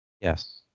yes